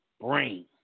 brain